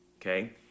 Okay